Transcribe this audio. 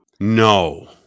No